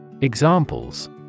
Examples